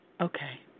Okay